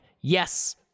yes